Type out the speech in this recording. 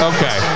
Okay